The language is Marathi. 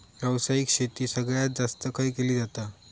व्यावसायिक शेती सगळ्यात जास्त खय केली जाता?